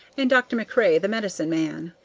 and dr. macrae the medicine man.